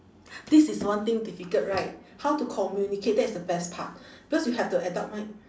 this is one thing difficult right how to communicate that's the best part because you have the adult mind